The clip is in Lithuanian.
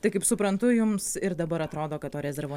tai kaip suprantu jums ir dabar atrodo kad to rezervo